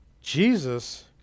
Jesus